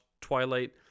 Twilight